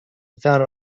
without